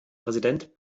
präsident